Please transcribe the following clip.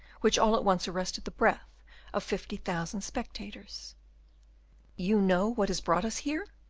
which all at once arrested the breath of fifty thousand spectators you know what has brought us here?